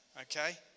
okay